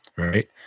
Right